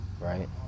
right